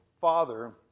father